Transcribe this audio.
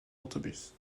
autobus